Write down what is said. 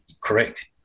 correct